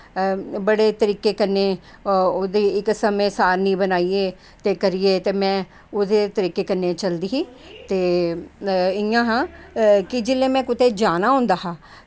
बड़े तरीके कन्नै ओह्दी इक्क समें सारणी बनाइयै ते करियै में ओह्दे तरीके कन्नै चलदी ही ते इंया हा कि जेल्लै में कुदै जाना होंदा